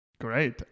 Great